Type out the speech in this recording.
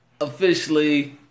officially